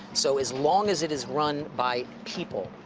so, as long as it is run by people,